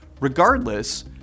Regardless